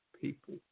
people